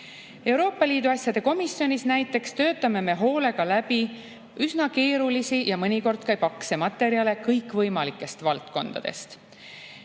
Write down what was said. Euroopa Liidu asjade komisjonis näiteks töötame me hoolega läbi üsna keerulisi ja mõnikord ka pakse materjale kõikvõimalikest valdkondadest.